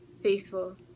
faithful